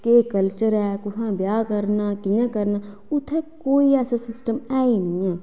केह् कल्चर ऐ कुत्थें ब्याह् करना कियां करना ऐ उत्थें कोई सिस्टम ऐसा ऐ गै निं ऐ